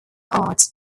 art